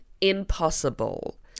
Impossible